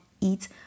eat